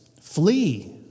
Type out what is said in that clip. flee